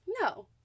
no